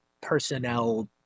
personnel